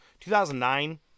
2009